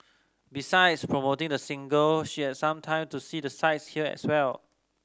besides promoting the single she has some time to see the sights here as well